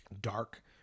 dark